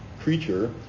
creature